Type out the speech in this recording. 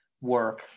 work